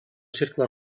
cercle